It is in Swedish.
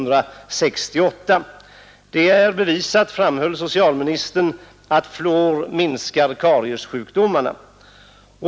Det är bevisat, framhöll socialministern, att fluor minskar kariessjukdomarna.